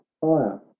fire